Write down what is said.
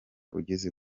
ugeze